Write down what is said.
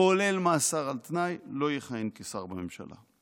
כולל מאסר על תנאי, לא יכהן כשר בממשלה.